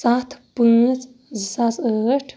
سَتھ پانٛژھ زٕ ساس ٲتھ